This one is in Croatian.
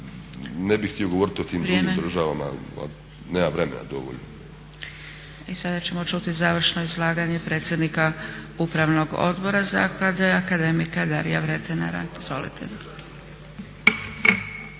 ne bih htio govoriti o tim drugim državama, nemam vremena dovoljno. **Zgrebec, Dragica (SDP)** Sada ćemo čuti završno izlaganje predsjednika upravnog odbora zaklade akademika Darija Vretenara. Izvolite.